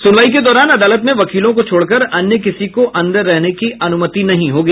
सुनवाई के दौरान अदालत में वकीलों को छोड़कर अन्य किसी को अंदर रहने की अनुमति नहीं होगी